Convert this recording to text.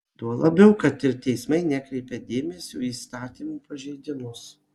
tuo labiau kad ir teismai nekreipia dėmesio į įstatymų pažeidimus